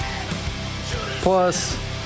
Plus